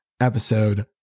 episode